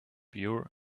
pure